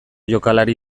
jokalari